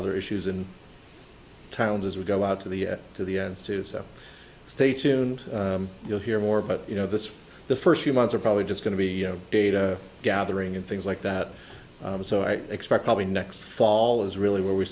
other issues in towns as we go out to the to the ends to so stay tuned you'll hear more but you know this the first few months are probably just going to be you know data gathering and things like that so i expect probably next fall is really where we